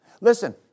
Listen